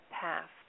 past